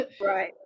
right